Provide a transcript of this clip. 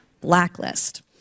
blacklist